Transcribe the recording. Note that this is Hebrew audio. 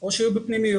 או שהיו בפנימיות,